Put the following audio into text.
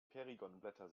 perigonblätter